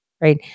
right